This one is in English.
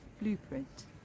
blueprint